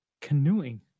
canoeing